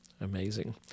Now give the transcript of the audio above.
Amazing